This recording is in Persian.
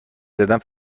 زدم